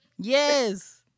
Yes